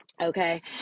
Okay